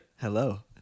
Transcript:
hello